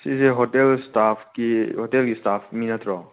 ꯁꯤꯁꯦ ꯍꯣꯇꯦꯜ ꯁ꯭ꯇꯥꯐꯀꯤ ꯍꯣꯇꯦꯜꯒꯤ ꯁ꯭ꯇꯥꯐ ꯃꯤ ꯅꯠꯇ꯭ꯔꯣ